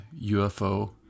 UFO